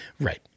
Right